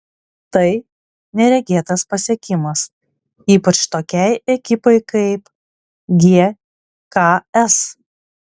tai neregėtas pasiekimas ypač tokiai ekipai kaip gks